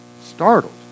Startled